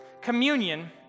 Communion